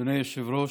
אדוני היושב-ראש,